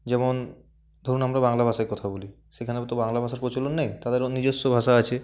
যেমন ধরুন আমরা বাংলা ভাষায় কথা বলি সেখানে তো বাংলা ভাষার প্রচলন নেই তাদেরও নিজস্ব ভাষা আছে